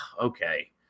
okay